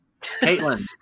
Caitlin